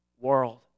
world